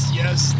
yes